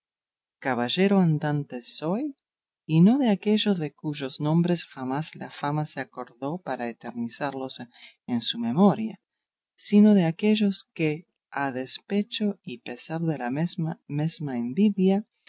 caballero andante soy y no de aquellos de cuyos nombres jamás la fama se acordó para eternizarlos en su memoria sino de aquellos que a despecho y pesar de la mesma envidia